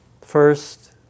first